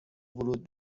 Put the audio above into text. ورود